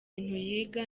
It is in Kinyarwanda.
yiga